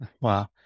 Wow